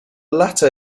latter